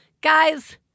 Guys